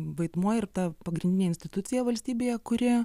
vaidmuo ir ta pagrindinė institucija valstybėje kuri